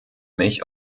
mich